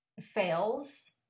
fails